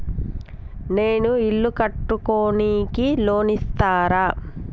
నేను ఇల్లు కట్టుకోనికి లోన్ ఇస్తరా?